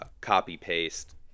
copy-paste